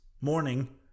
Morning